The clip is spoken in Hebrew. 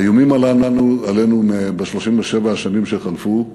האיומים עלינו ב-37 השנים שחלפו נמשכים,